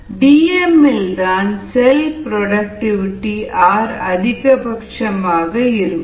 Dm டி எம்மில் தான் செல் புரோடக்டிவிடி R அதிகபட்சமாக இருக்கும்